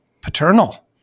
paternal